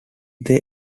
they